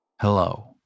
Hello